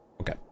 Okay